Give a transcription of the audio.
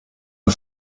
ein